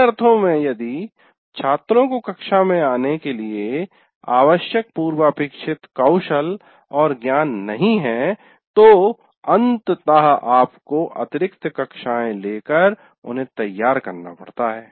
इन अर्थों में यदि छात्रों को कक्षा में आने के लिए आवश्यक पूर्वापेक्षित कौशल और ज्ञान नहीं है तो अंततः आपको अतिरिक्त कक्षाए लेकर उन्हें तैयार करना पड़ता है